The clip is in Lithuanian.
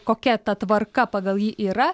kokia ta tvarka pagal jį yra